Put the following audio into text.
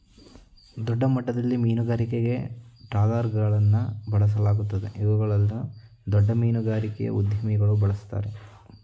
ದೊಡ್ಡಮಟ್ಟದಲ್ಲಿ ಮೀನುಗಾರಿಕೆಗೆ ಟ್ರಾಲರ್ಗಳನ್ನು ಬಳಸಲಾಗುತ್ತದೆ ಇವುಗಳನ್ನು ದೊಡ್ಡ ಮೀನುಗಾರಿಕೆಯ ಉದ್ಯಮಿಗಳು ಬಳ್ಸತ್ತರೆ